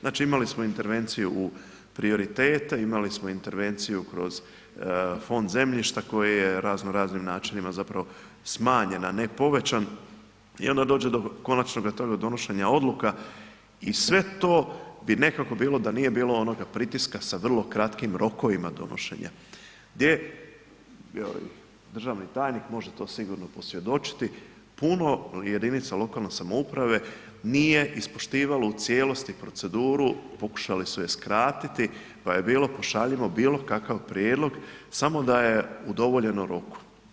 Znači imali smo intervenciju u prioritete, imali smo intervenciju kroz fond zemljišta koje je raznoraznim načinima smanjen, a ne povećan i onda dođe do konačnoga toga donošenja odluka i sve to bi nekako bilo da nije bilo onoga pritiska sa vrlo kratkim rokovima donošenja, gdje državni tajnik može to sigurno posvjedočiti, puno jedinica lokalne samouprave nije ispoštivalo u cijelosti proceduru, pokušali su je skratiti pa je bilo pošaljimo bilo kakav prijedlog samo da je udovoljeno roku.